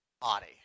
body